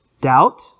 Doubt